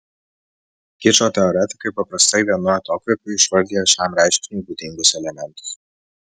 kičo teoretikai paprastai vienu atokvėpiu išvardija šiam reiškiniui būdingus elementus